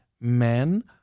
men